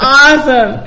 awesome